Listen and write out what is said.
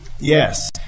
Yes